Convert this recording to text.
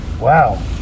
Wow